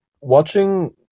Watching